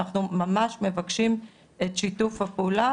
אנחנו ממש מבקשים את שיתוף הפעולה